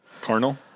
Carnal